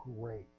great